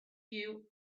you